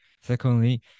Secondly